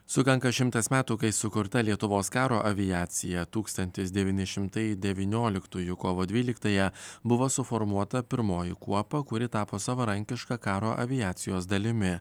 sukanka šimtas metų kai sukurta lietuvos karo aviacija tūkstantis devyni šimtai devynioliktųjų kovo dvyliktąją buvo suformuota pirmoji kuopa kuri tapo savarankiška karo aviacijos dalimi